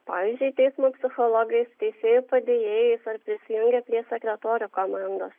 pavyzdžiui teismo psichologais teisėjų padėjėjais ar prisijungia prie sekretorių komandos